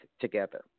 together